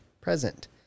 present